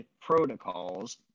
protocols